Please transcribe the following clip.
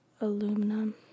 Aluminum